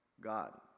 God